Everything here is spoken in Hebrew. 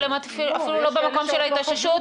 הם אפילו לא במקום של ההתאוששות,